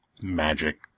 magic